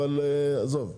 אבל עזוב.